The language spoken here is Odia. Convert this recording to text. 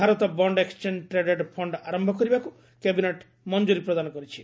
Bharat bond exchange traded fund ଆରମ୍ଭ କରିବାକୁ କ୍ୟାବିନେଟ୍ ମଞ୍ଜୁରୀ ପ୍ରଦାନ କରିଛି